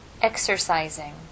exercising